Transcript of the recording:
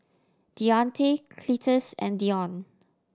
Deante Cletus and Deon